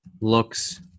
looks